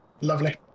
lovely